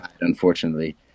Unfortunately